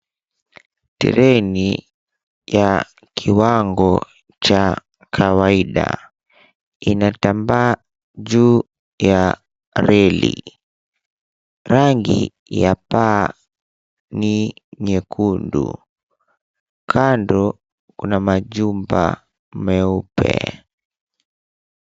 Treini ya kiwango cha kawaida inatambaa juu ya reli. Rangi ya paa ni nyekundu, kando kuna majumba meupe.